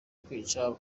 kwica